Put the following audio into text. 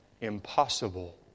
impossible